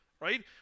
right